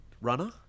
runner